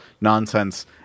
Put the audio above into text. nonsense